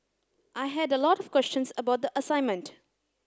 I had a lot of questions about the assignment